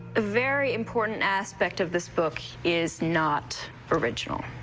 a very important aspect of this book is not original.